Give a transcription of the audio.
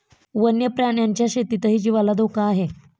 वन्य प्राण्यांच्या शेतीतही जीवाला धोका आहे